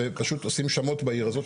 ופשוט עושים שמות בעיר הזאת.